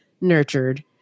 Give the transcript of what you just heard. nurtured